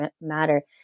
matter